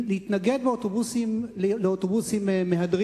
להתנגד לאוטובוסי מהדרין,